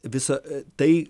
visa tai